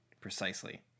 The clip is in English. precisely